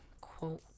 quote